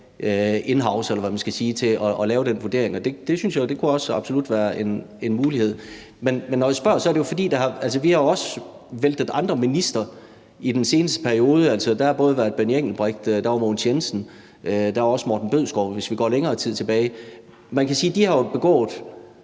in-house, eller hvad man skal sige, til at lave den vurdering. Det synes jeg jo absolut også kunne være en mulighed. Men når jeg spørger, er det jo, fordi vi også har væltet andre ministre i den seneste periode. Der har både været Benny Engelbrecht og Mogens Jensen, og der har også været Morten Bødskov, hvis vi går længere tid tilbage. Man kan sige, at de jo har begået